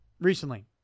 recently